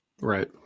right